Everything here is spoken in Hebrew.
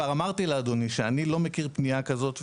אבל כבר אמרתי לאדוני שאני לא מכיר פנייה כזאת.